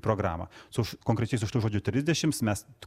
programą su konkrečiai su šitu žodžiu trisdešims mes